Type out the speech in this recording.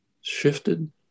shifted